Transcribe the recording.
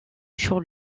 sur